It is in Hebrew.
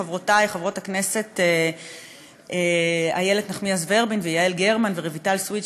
חברותי חברות הכנסת איילת נחמיאס ורבין ויעל גרמן ורויטל סויד,